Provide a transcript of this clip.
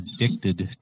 addicted